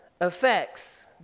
affects